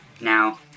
Now